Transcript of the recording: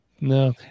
No